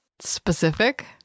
specific